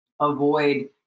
avoid